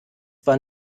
war